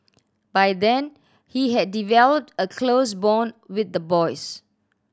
by then he had developed a close bond with the boys